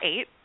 eight